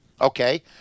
okay